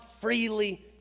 freely